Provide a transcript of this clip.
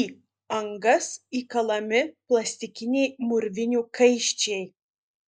į angas įkalami plastikiniai mūrvinių kaiščiai